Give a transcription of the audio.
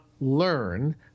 learn